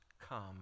come